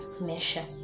measure